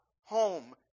home